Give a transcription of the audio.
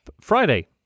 Friday